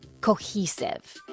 cohesive